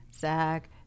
Zach